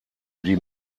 die